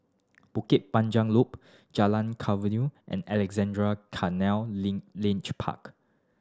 Bukit Panjang Loop Jalan Khairuddin and Alexandra Canal Linear Park